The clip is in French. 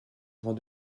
avant